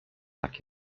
tak